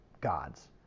gods